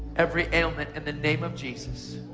every ailment in the name of jesus.